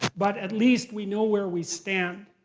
but at least we know where we stand.